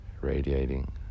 radiating